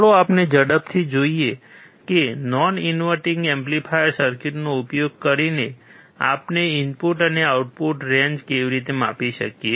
ચાલો આપણે ઝડપથી જોઈએ કે નોન ઇન્વર્ટીંગ એમ્પ્લીફાયર સર્કિટનો ઉપયોગ કરીને આપણે ઇનપુટ અને આઉટપુટ રેંજને કેવી રીતે માપી શકીએ